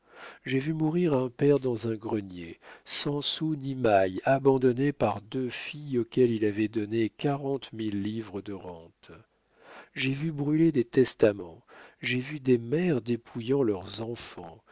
j'ai vu mourir un père dans un grenier sans sou ni maille abandonné par deux filles auxquelles il avait donné quarante mille livres de rente j'ai vu brûler des testaments j'ai vu des mères dépouillant leurs enfants